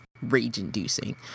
rage-inducing